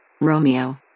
Romeo